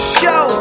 show